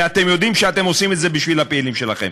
ואתם יודעים שאתם עושים את זה בשביל הפעילים שלכם.